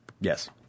Yes